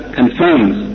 confirms